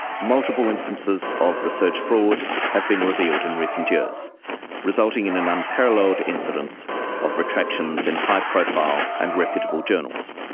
multiple instances of research fraud have been revealed in recent years resulting in an unparalleled incidence of retractions in high profile and reputable journals.